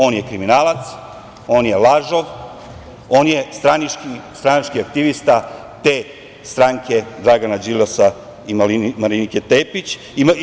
On je kriminalac, on je lažov, on je stranački aktivista te stranke Dragana Đilasa i Marinike Tepić.